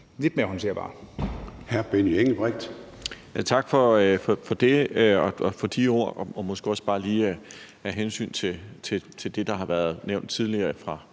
lidt mere håndterbart.